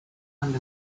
and